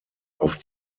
auf